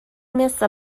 مثل